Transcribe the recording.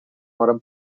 moren